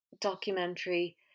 documentary